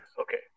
Okay